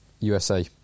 USA